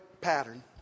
pattern